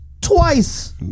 twice